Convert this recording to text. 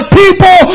people